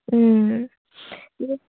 ও